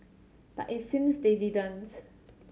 but it seems they didn't